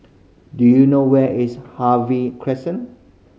do you know where is Harvey Crescent